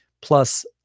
Plus